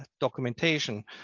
documentation